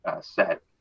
set